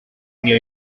new